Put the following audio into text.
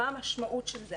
מה המשמעות של זה?